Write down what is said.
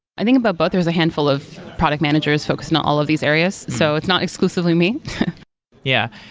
i think about both, there was a handful of product managers focusing on all of these areas. so it's not exclusively me yeah.